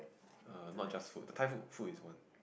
err not just food Thai food food is one